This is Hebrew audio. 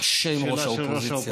קשה עם ראש האופוזיציה.